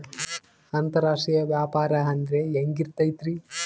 ಅಂತರಾಷ್ಟ್ರೇಯ ವ್ಯಾಪಾರ ಅಂದ್ರೆ ಹೆಂಗಿರ್ತೈತಿ?